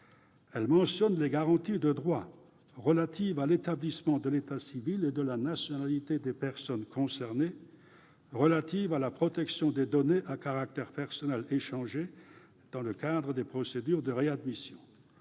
Elles mentionnent les garanties de droit relatives à l'établissement de l'état civil et de la nationalité des personnes concernées ainsi qu'à la protection des données à caractère personnel échangées dans le cadre des procédures de réadmission.